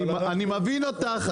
אני מבין אותך,